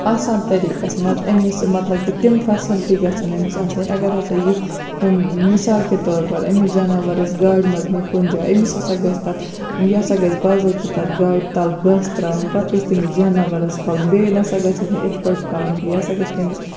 آسان طریٖقَس منٛز أمِس مطلب کہ تِم فیسلٹی گژھن أمِس آسٕنۍ اگر ہسا یہِ مِثال کے طور پر أمِس جانَورَس گاڑِ منٛز نی کُنہِ جایہِ أمِس ہسا گژھِ تَتھ یہِ ہسا گژھِ باضٲطہٕ تَتھ گاڑِ تَل گاسہٕ ترٛاوُن پَتہٕ گژھِ تٔمِس جانَوارَس کھالُن بیٚیہِ نہ سا گژھٮ۪س نہٕ یِتھ پٲٹھۍ کھالُن کیٚنہہ یہِ ہسا گژھِ تٔمِس